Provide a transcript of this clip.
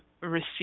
receive